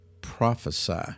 prophesy